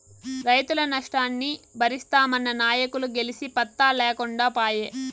రైతుల నష్టాన్ని బరిస్తామన్న నాయకులు గెలిసి పత్తా లేకుండా పాయే